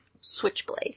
Switchblade